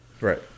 Right